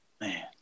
man